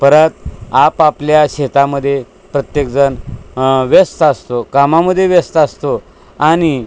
परत आपापल्या शेतामध्ये प्रत्येकजण व्यस्त असतो कामामध्ये व्यस्त असतो आणि